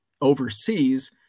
overseas